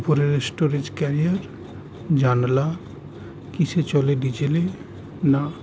উপরের storage carrier জানলা কীসে চলে ডিজলে না